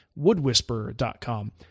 woodwhisperer.com